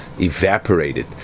evaporated